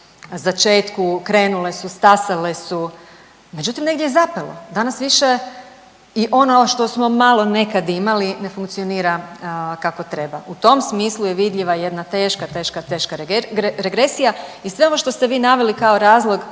začetku, krenule su, stasale su međutim, negdje je zapelo. Danas više i ono što smo malo nekad imali, ne funkcionira kako treba. U tom smislu je vidljiva jedna teška, teška, teška regresija i sve ovo što ste vi naveli kao razlog